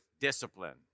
discipline